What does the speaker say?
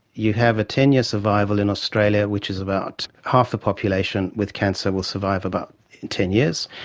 you have a ten year survival in australia, which is about half the population with cancer will survive about ten years.